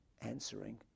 answering